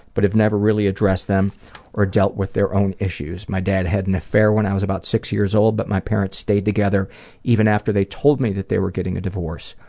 but have never really addressed them or dealt with their own issues. my dad had an affair when i was about six years old, but my parents stayed together even after they told me that they were getting a divorce.